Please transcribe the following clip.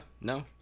No